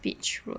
Beach Road